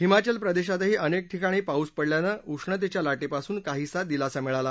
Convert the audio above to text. हिमाचल प्रदेशातही अनेक ठिकाणी पाऊस पडल्यानं उष्णतेच्या लाटेपासून काहीसा दिलासा मिळाला